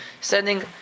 sending